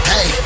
Hey